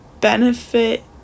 benefit